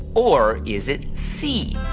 or is it c,